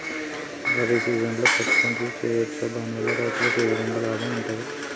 రబీ సీజన్లో పత్తి పంటలు వేయచ్చా దాని వల్ల రైతులకు ఏ విధంగా లాభం ఉంటది?